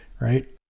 right